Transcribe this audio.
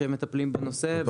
שמטפלים בנושא.